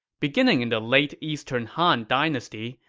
beginning in the late eastern han dynasty,